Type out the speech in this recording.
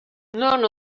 non